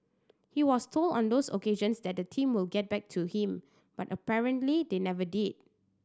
he was told on those occasions that the team will get back to him but apparently they never did